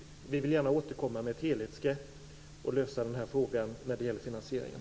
Vi vill gärna återkomma med ett helhetsgrepp och lösa den här frågan med finansieringen.